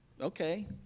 okay